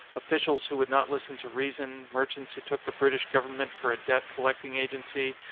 officials who would not listen to reason, merchants who took the brit ish government for a debt collecting agency,